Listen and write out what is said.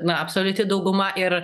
na absoliuti dauguma ir